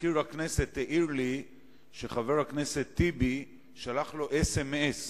מזכיר הכנסת העיר לי שחבר הכנסת טיבי שלח לו אס.אם.אס